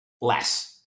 less